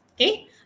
okay